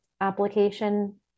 application